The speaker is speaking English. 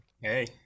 Hey